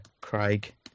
Craig